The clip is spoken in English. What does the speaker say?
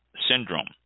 syndrome